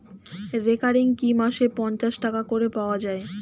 Recurring কি মাসে পাঁচশ টাকা করে করা যায়?